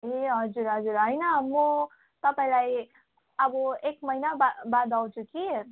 ए हजुर हजुर होइन म तपाईँलाई अब एक महिना बा बाद आउँछु कि